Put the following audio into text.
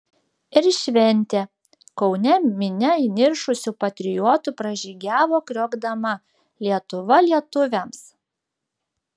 ir šventė kaune minia įniršusių patriotų pražygiavo kriokdama lietuva lietuviams